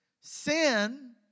Sin